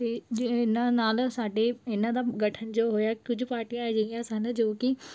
ਅਤੇ ਇਹਨਾਂ ਨਾਲ ਸਾਡੇ ਇਹਨਾਂ ਦਾ ਗਠਨ ਜੋ ਹੋਇਆ ਕੁਝ ਪਾਰਟੀਆਂ ਅਜਿਹੀਆਂ ਸਨ ਜੋ ਕਿ